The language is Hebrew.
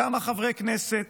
כמה חברי כנסת